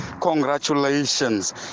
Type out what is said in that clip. congratulations